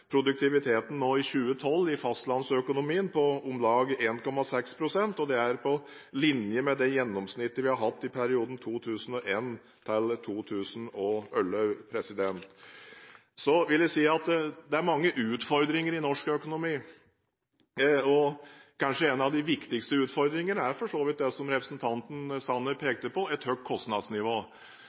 i fastlandsøkonomien i 2012 var på om lag 1,6 pst. – på linje med det gjennomsnittet vi hadde i perioden 2001–2011. Jeg vil si at det er mange utfordringer i norsk økonomi. En av de viktigste utfordringene er kanskje den som representanten Sanner for så vidt pekte på: et høyt kostnadsnivå.